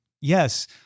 yes